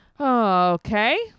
Okay